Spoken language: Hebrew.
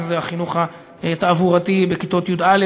אם זה החינוך התעבורתי בכיתות י"א,